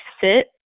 sit